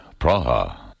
Praha